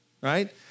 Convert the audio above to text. Right